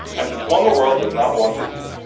and it's one the world does not want to see.